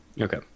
Okay